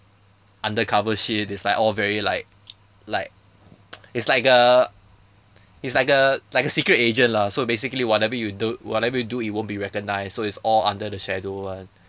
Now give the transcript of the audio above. undercover shit it's like all very like like it's like a it's like a like a secret agent lah so basically whatever you do whatever you do it won't be recognised so it's all under the shadow [one]